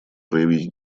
проявить